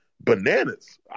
bananas